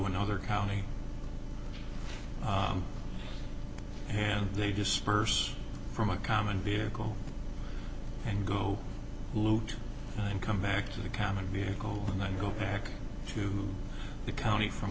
another county hand they disperse from a common vehicle and go loot and come back to the common vehicle and i go back to the county from